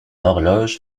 horloge